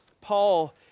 Paul